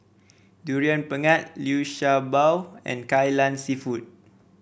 Durian Pengat Liu Sha Bao and Kai Lan seafood